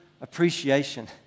appreciation